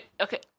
okay